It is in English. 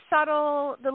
subtle